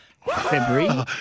February